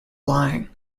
lying